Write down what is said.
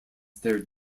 their